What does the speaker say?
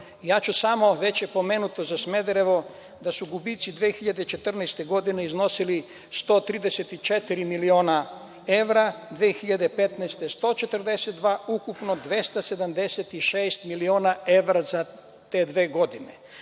godinama. Već je pomenuto za Smederevo da su gubici 2014. godine iznosili 134 miliona evra, 2015. godine 142, ukupno 276 miliona evra za te dve godine.